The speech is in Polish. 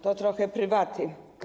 To trochę prywaty.